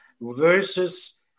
versus